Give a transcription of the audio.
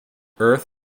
earth